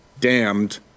damned